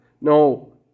No